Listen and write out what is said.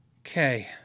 Okay